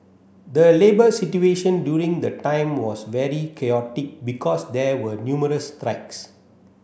the labour situation during the time was very chaotic because there were numerous strikes